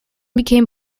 became